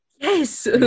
Yes